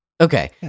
okay